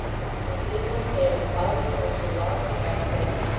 with dismal tales of how their sons had lost their appetites,